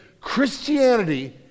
Christianity